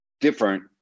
different